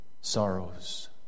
sorrows